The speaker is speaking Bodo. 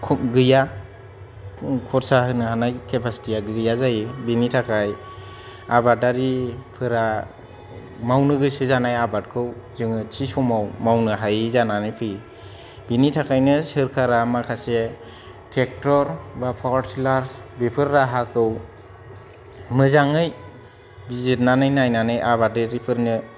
गैया खरसा होनो हानाय केपासिटिया गैया जायो बिनि थाखाय आबादारिफोरा मावनो गोसो जानाय आबादखौ जोङो थि समाव मावनो हायै जानानै फैयो बिनि थाखायनो सोरखारा माखासे ट्रेक्टर बा पावार टिलार्स बेफोर राहाखौ मोजाङै बिजिरनानै नायनानै आबादारिफोरनो